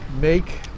make